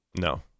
no